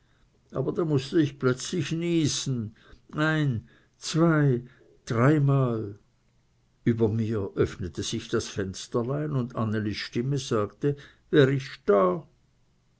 wäre da mußte ich plötzlich niesen ein zwei drei mal über mir öffnete sich das fensterlein und annelis stimme sagte wer isch da